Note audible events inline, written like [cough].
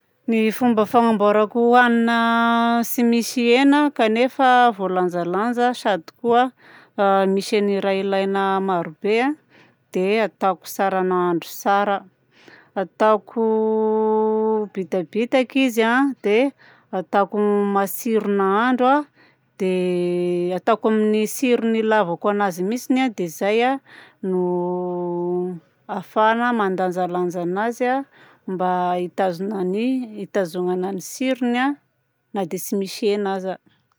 Ny fomba fagnamboarako hanina [hesitation] tsy misy hena kanefa voalanjalanja sady koa a [hesitation] misy ny raha ilaina marobe a dia ataoko tsara nahandro tsara, ataoko [hesitation] bitabitaka izy a, dia ataoko matsiro nahandro a, dia [hesitation] ataoko amin'ny tsirony ilavako anazy mihitsiny a. Dia izay a no [hesitation] ahafahana mandanjalanja anazy a mba hitazona ny hitazomanana ny tsirony a na dia tsy misy hena aza.